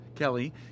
Kelly